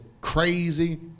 crazy